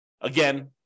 Again